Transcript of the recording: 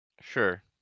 Sure